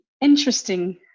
interesting